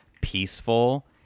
peaceful